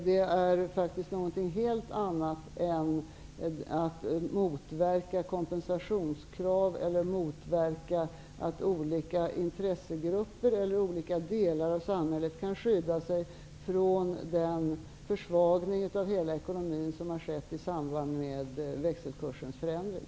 Det är faktiskt något helt annat än att motverka kompensationskrav eller att motverka att olika intressegrupper eller olika delar av samhället kan skydda sig från den försvagning av hela ekonomin som har skett i samband med växelkursens förändring.